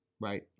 right